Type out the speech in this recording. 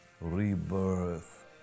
rebirth